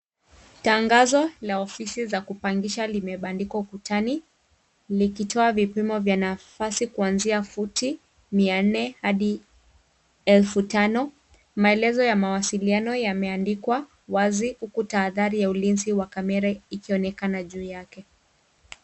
Tangazo la ofisi za kupangisha limebandikwa ukutani, likitoa vipimo vya nafasi kuanzia futi mia nne hadi elfu tano. Maelezo ya mawasiliano yameandikwa wazi huku tahadhari ya ulinzi wa kamera ikionekana juu yake.